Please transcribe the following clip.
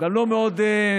הוא גם לא מאוד מפורט,